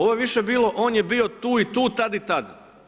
Ovo je više bilo on je bio tu i tu, tad i tad.